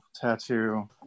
tattoo